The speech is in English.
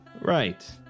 Right